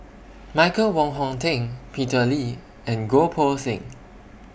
Michael Wong Hong Teng Peter Lee and Goh Poh Seng